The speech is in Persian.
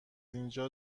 اینجا